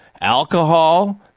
alcohol